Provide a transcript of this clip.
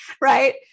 Right